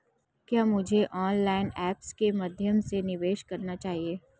क्या मुझे online apps के माध्यम से निवेश करना चाहिए?